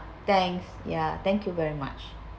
thanks ya thank you very much